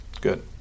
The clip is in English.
good